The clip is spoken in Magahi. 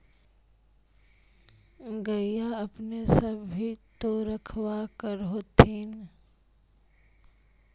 गईया अपने सब भी तो रखबा कर होत्थिन?